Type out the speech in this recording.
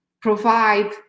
provide